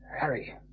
Harry